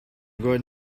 going